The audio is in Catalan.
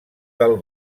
del